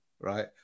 right